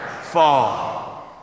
fall